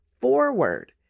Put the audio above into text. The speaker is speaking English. forward